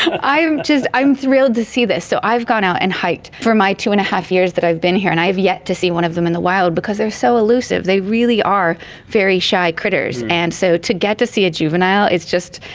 i am thrilled to see this. so i've gone out and hiked for my two and a half years that i've been here and i've yet to see one of them in the wild because they are so elusive. they really are very shy critters. and so to get to see a juvenile, it's just,